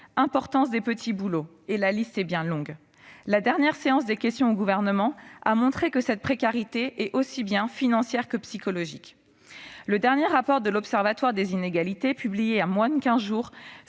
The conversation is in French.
importance des petits boulots, et la liste est longue. La dernière séance des questions d'actualité au Gouvernement a montré que cette précarité est aussi bien financière que psychologique. Le dernier rapport de l'Observatoire des inégalités, publié il y a moins de quinze jours,